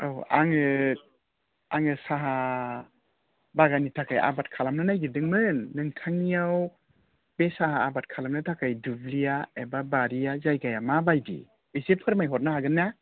औ आङो आङो साहा बागाननि थाखाय आबाद खालामनो नागिरदोंमोन नोंथांनियाव बे साहा आबाद खालामनो थाखाय दुब्लिया एबा बारिया एबा जायगाया माबादि एसे फोरमायहरनो हागोन ना